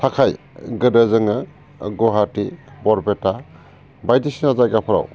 थाखाय गोदो जोङो ओ गुवाहाटि बरपेटा बायदिसिना जायगाफोराव